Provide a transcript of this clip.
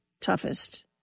toughest